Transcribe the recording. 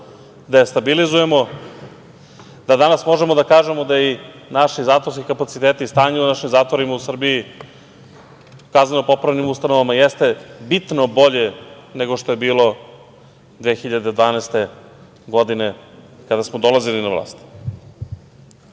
da je stabilizujemo, da danas možemo da kažemo da i naši zatvorski kapaciteti, stanje u našim zatvorima u Srbiji, u kazneno-popravnim ustanovama jeste bitno bolje nego što je bilo 2012. godine, kada smo dolazili na vlast.Za